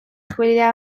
chwilio